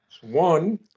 One